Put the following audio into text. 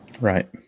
Right